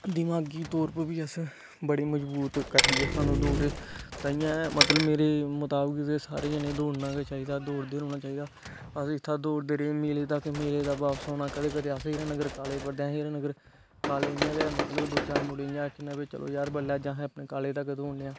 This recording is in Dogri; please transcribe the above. दिमागी तौर उप्पर बी अस बडे़ मजबूत करदी ऐ सानू दौड़ तांइयैं मतलब मेरे मुताविक सारे जने दोड़ना गै चाहिदा दोड़दे रौहना चाहिदा अस इत्थेै दौड़दे रेह् जिसले तक मेले दा बापस होना कंदे कंदे अस हिरानगर काॅलेज पढदे आसे हीनानगर काॅलेज इयां गै दो चार मुडे़ आक्खना चलो जार बडले आसें अपने काॅलेज तक दौड़ने हां